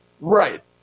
Right